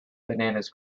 bananas